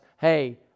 hey